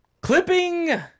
clipping